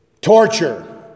Torture